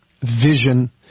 vision